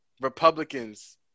Republicans